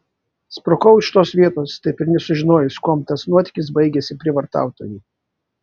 sprukau iš tos vietos taip ir nesužinojusi kuom tas nuotykis baigėsi prievartautojui